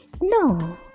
No